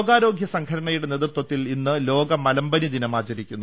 ലോകാരോഗ്യ സംഘടനയുടെ നേതൃത്വത്തിൽ ഇന്ന് ലോക മലമ്പനി ദിനം ആചരിക്കുന്നു